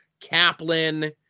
Kaplan